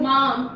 Mom